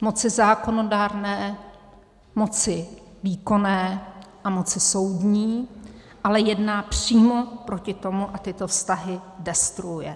moci zákonodárné, moci výkonné a moci soudní, ale jedná přímo proti tomu a tyto vztahy destruuje.